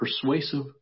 Persuasive